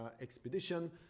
expedition